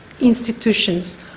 institutions